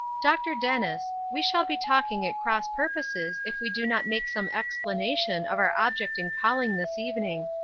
dr. dennis, we shall be talking at cross purposes if we do not make some explanation of our object in calling this evening.